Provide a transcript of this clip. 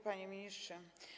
Panie Ministrze!